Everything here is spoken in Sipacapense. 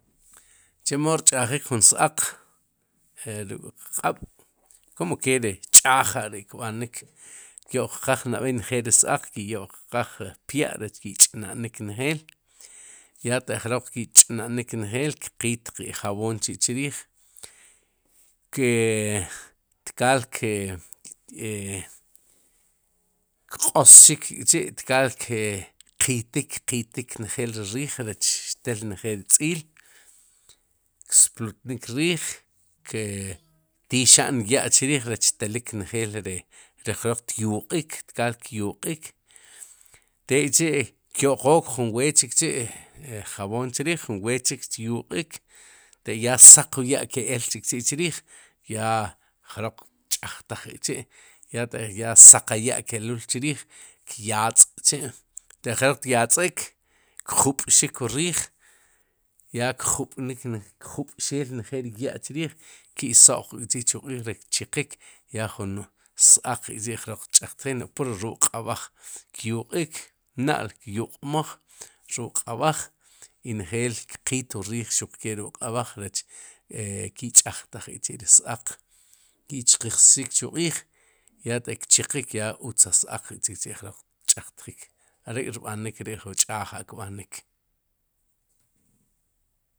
Chemo rch'ajik jun s-aaq e ruk'kq'ab' kum ke ri ch'aje ri kb'anik kyo'qqaaj neb'ey njeel ri s-aaq ki'yo'qqaj pya'rech ki'ch'na'nik njeel ya taq jroq ki'ch'na'nik njeel kqiit qe jab'oon chi'chrij, kee tkaal ke e kq'osxik k'chi' tkaal ke' ki qitik qitik njeel ri riij rech tel njeel ri tz'iil ksplutnik riij ke' tixa'n ya'chriij rech telik njeel ri jroq tyuq'ik tkaal kyuq'ik tekchi'kyo'qook jun weet chikchi' jabóon chriij junweet chik tyuq'iik te ya saq wu yá ke'el chikchi'chriij ya jroq tch'ajtaj kchi' ya ta ya saqa ya' kelul chriij kyatz'k'chi' taq jroq tyatz'ik kjupxik wu riij ya kjub'nik, kjub'xeel njeel ri ya'chriij, ki'soq'kçhi chuq'iij rech tchiqiik ya jun s-aaq k'chi'jroq tch'aajtjik pur ruk q'ab'aj kyuq'ik na'l kyuq'moj ruk'q'ab'aj i njeel kqiit wu riij ruq ke ruk'q'ab'aj rech e ki'ch'ajtaj k'chi'ri s-aaq ki chiqsjik chu q'iij ya te kchiqik ya utza s-aaq chikchi'jroq tch'jtjik are'k'ri'rb'anik jun ch'aja kb'anik.